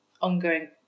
ongoing